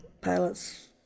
pilots